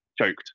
choked